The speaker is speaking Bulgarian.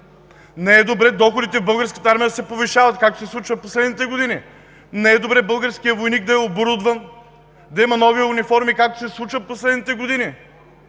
Не е добре доходите в Българската армия да се повишават, както се случва в последните години! Не е добре българският войник да е оборудван! Да има нови униформи, както се случва в последните години!